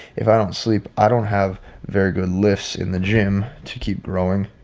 if i don't sleep, i don't have very good lifts in the gym to keep growing.